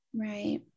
Right